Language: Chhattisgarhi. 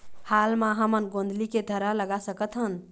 हाल मा हमन गोंदली के थरहा लगा सकतहन?